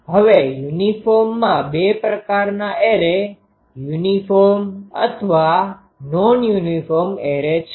હવે યુનિફોર્મમાં 2 પ્રકારના એરે યુનિફોર્મ અથવા નોન યુનિફોર્મ એરે છે